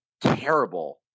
terrible